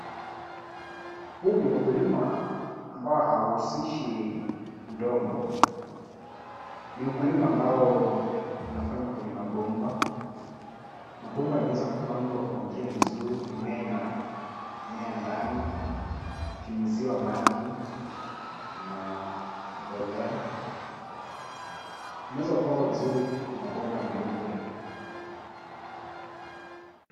Huu ni ukulima ambao hauhusishi udongo. Ni ukulima ambao unafanywa kwenye mabomba. Mabomba yameweza kupangwa kwa njia nzuri, mimea inamea ndani ikinyunyiziwa maji na mbolea imeweza kupangwa vizuri kwa mabomba meupe.